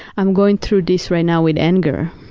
i'm going through this right now with anger,